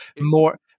More